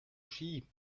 ski